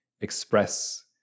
express